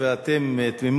הצעה לסדר-היום